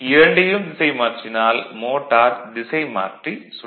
இரண்டையும் திசை மாற்றினால் மோட்டார் திசை மாற்றி சுற்றாது